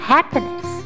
Happiness